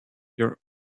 your